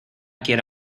quiero